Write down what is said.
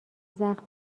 زخم